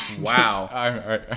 Wow